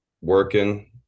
working